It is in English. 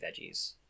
veggies